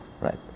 Right